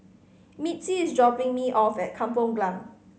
Mitzi is dropping me off at Kampong Glam